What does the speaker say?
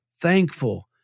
thankful